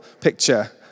picture